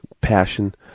passion